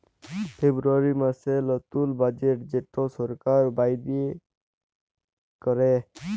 ফেব্রুয়ারী মাসের লতুল বাজেট যেট সরকার বাইর ক্যরে